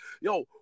Yo